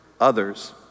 others